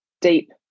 deep